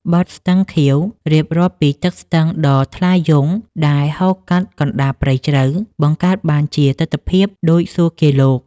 បទ «ស្ទឹងខៀវ» រៀបរាប់ពីទឹកស្ទឹងដ៏ថ្លាយង់ដែលហូរកាត់កណ្តាលព្រៃជ្រៅ បង្កើតបានជាទិដ្ឋភាពដូចសួគ៌ាលោក។